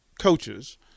coaches